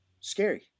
Scary